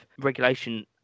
regulation